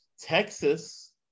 Texas